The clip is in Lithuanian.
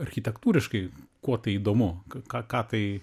architektūriškai kuo tai įdomu ką ką tai